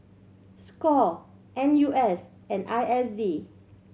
score N U S and I S D